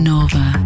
Nova